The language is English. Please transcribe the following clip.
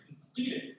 completed